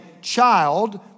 child